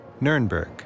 Nuremberg